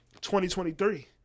2023